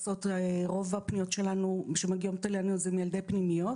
רוב הפניות שמגיעות אלינו הן מילדי פנימיות.